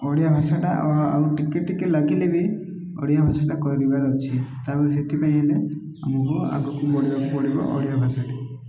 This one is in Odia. ଓଡ଼ିଆ ଭାଷାଟା ଆଉ ଟିକେ ଟିକେ ଲାଗିଲେ ବି ଓଡ଼ିଆ ଭାଷାଟା କରିବାର ଅଛି ତା'ପରେ ସେଥିପାଇଁ ହେଲେ ଆମକୁ ଆଗକୁ ବଢ଼ିବାକୁ ପଡ଼ିବ ଓଡ଼ିଆ ଭାଷାଟି